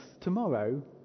tomorrow